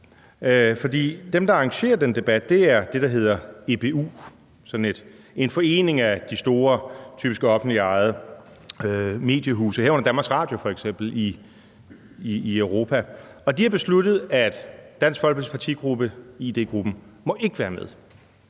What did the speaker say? dem, der arrangerer den debat, er det, der hedder EBU, som er sådan en forening af de store, typisk offentligt ejede, mediehuse, herunder f.eks. DR, i Europa. De har besluttet, at Dansk Folkepartis partigruppe,